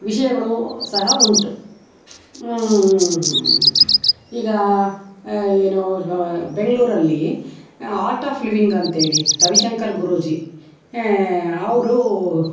ವಿಷಯಗಳು ಸಹ ಉಂಟು ಈಗ ಏನು ರ ಬೆಂಗಳೂರಲ್ಲಿ ಆರ್ಟ್ ಆಫ್ ಲಿವಿಂಗ್ ಅಂಥೇಳಿ ರವಿಶಂಕರ್ ಗುರೂಜಿ ಅವರು